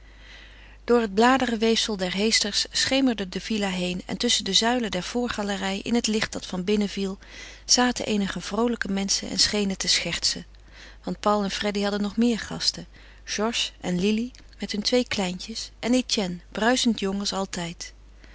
door het bladerenweefsel der heesters schemerde de villa heen en tusschen de zuilen der voorgalerij in het licht dat van binnen viel zaten eenige vroolijke menschen en schenen te schertsen want paul en freddy hadden nog meer gasten georges en lili met hun twee kleintjes en etienne bruisend jong als altijd